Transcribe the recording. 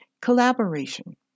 Collaboration